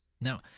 Now